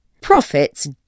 Profits